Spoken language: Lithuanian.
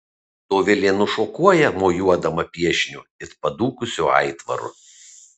dovilė nušokuoja mosuodama piešiniu it padūkusiu aitvaru